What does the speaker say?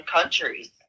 countries